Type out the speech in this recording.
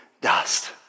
dust